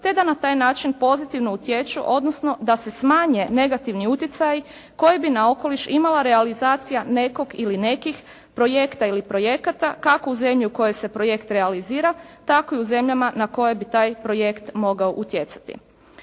te da na taj način pozitivno utječu odnosno da se smanje negativni utjecaji koji bi na okoliš imala realizacija nekog ili nekih projekta ili projekata kako u zemlji u kojoj se projekt realizira tako i u zemljama na koje bi taj projekt mogao utjecati.